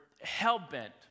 hell-bent